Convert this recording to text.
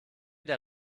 der